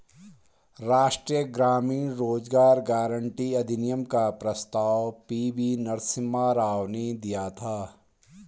राष्ट्रीय ग्रामीण रोजगार गारंटी अधिनियम का प्रस्ताव पी.वी नरसिम्हा राव ने दिया था